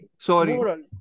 Sorry